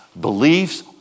beliefs